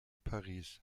paris